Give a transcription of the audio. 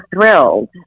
thrilled